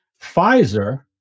Pfizer